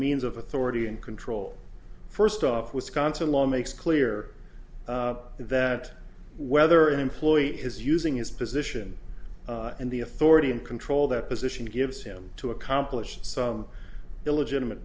means of authority and control first off wisconsin law makes clear that whether an employee is using his position and the authority and control that position gives him to accomplish some illegitimate